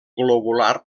globular